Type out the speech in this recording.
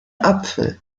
apfel